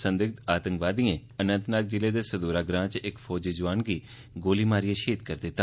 संग्दिध आतंकवादियें अनंतनाग जिले दे सदूरा ग्रां च इक फौजी जोआन गी गोली मारियै शहीद करी दिता